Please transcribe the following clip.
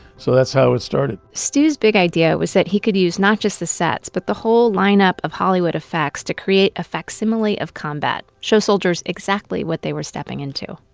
so that's how it started. stu's big idea was that he could use not just the sets but the whole lineup of hollywood effects to create a facsimile of combat. show soldiers exactly what they were stepping into.